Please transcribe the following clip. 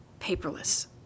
paperless